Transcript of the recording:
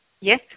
Yes